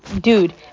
Dude